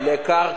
מה קורה